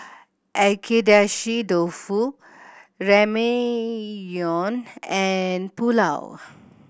Agedashi Dofu Ramyeon and Pulao